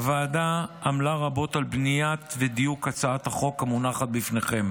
הוועדה עמלה רבות על בנייה ודיוק של הצעת החוק המונחת בפניכם